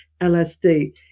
LSD